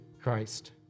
Christ